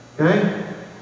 Okay